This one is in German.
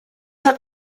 hat